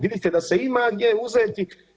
Vidite da se ima gdje uzeti.